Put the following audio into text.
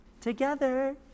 together